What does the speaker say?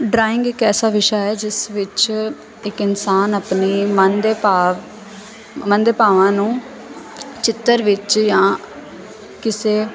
drawing ਇੱਕ ਐਸਾ ਵਿਸ਼ਾ ਹੈ ਜਿਸ ਵਿੱਚ ਇੱਕ ਇਨਸਾਨ ਆਪਣੇ ਮਨ ਦੇ ਭਾਵ ਮਨ ਦੇ ਭਾਵਾਂ ਨੂੰ ਚਿੱਤਰ ਵਿੱਚ ਜਾਂ ਕਿਸੇ